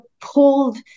pulled